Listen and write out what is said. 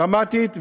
דרמטית,